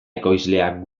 ekoizleak